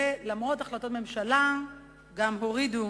ולמרות החלטות הממשלה הורידו